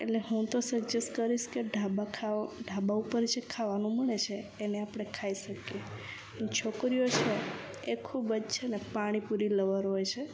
એટલે હું તો સજેસ્ટ કરીશ કે ઢાબા ખાવા ઢાબા ઉપર જે ખાવાનું મળે છે એને આપણે ખાઈ શકીએ છોકરીઓ છે એ ખૂબ જ છે ને પાણીપુરી લવર હોય છે